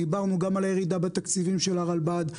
דיברנו על הירידה בתקציבים של הרלב"ד,